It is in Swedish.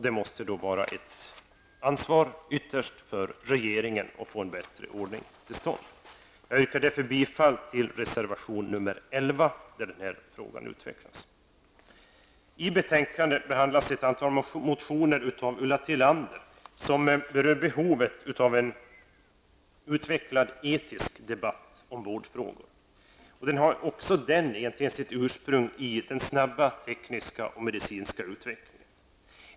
Det måste ytterst vara regeringen som har ett ansvar för att en bättre ordning kommer till stånd. Jag yrkar därför bifall till reservation 11, där denna fråga utvecklas. Tillander, vilka berör behovet av en utvecklad etisk debatt om vårdfrågor som har sitt ursprung i den snabba tekniska och medicinska utvecklingen.